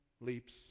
leaps